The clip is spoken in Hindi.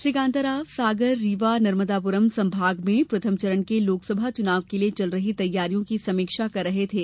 श्री कांताराव सागर रीवा नर्मदापुरम संभाग में प्रथम चरण के लोकसभा चुनाव के लिए चल रही तैयारियों की समीक्षा कर रहे थे